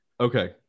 Okay